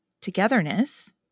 togetherness